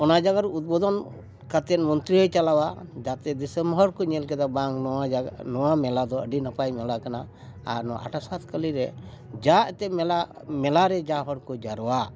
ᱚᱱᱟ ᱡᱟᱭᱜᱟ ᱨᱮ ᱩᱫᱽᱵᱳᱫᱚᱱ ᱠᱟᱛᱮᱫ ᱢᱚᱱᱛᱨᱤ ᱦᱚᱸᱭ ᱪᱟᱞᱟᱣᱟ ᱡᱟᱛᱮ ᱫᱤᱥᱚᱢ ᱦᱚᱲ ᱠᱚ ᱧᱮᱞ ᱠᱮᱫᱟ ᱵᱟᱝ ᱱᱚᱣᱟ ᱡᱟᱭᱜᱟ ᱱᱚᱣᱟ ᱢᱮᱞᱟ ᱫᱚ ᱟᱹᱰᱤ ᱱᱟᱯᱟᱭ ᱢᱮᱞᱟ ᱠᱟᱱᱟ ᱟᱨ ᱱᱚᱣᱟ ᱟᱴᱟ ᱥᱟᱛ ᱠᱟᱹᱞᱤ ᱨᱮ ᱡᱟ ᱮᱱᱛᱮᱫ ᱢᱮᱞᱟ ᱢᱮᱞᱟ ᱨᱮ ᱡᱟ ᱦᱚᱲ ᱠᱚ ᱡᱟᱣᱨᱟᱜ